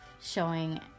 showing